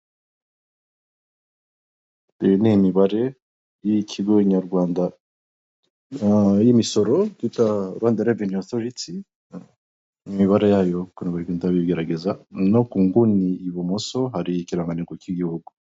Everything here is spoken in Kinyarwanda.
Iyi ni imibare y'ikigo nyarwanda y'imisoro rwanda reveni otoriti imibare yayo ukunu bagenda babigaragaza no kuguni ibumoso hari ikiganeko cy'igihugu.